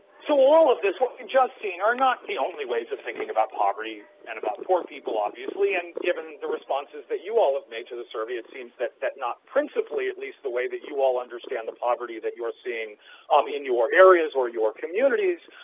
so all of this what you've just seen are not the only ways of thinking about poverty and about poor people obviously, and given the responses that you all have made to the survey it seems that that not principally at least the way that you all understand the poverty that you're seeing um in your areas or your communities,